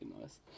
nice